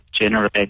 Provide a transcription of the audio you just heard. generate